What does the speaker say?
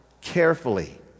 carefully